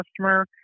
customer